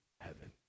heaven